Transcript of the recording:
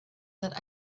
that